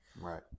Right